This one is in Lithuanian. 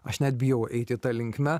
aš net bijau eiti ta linkme